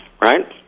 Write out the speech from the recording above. right